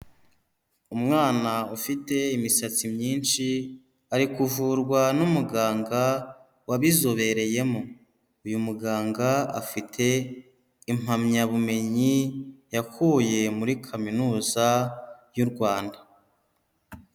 Umwana ufite imisatsi myinshi, ari kuvurwa n'umuganga wabizobereyemo. Uyu muganga afite impamyabumenyi yakuye muri kaminuza y'u Rwanda.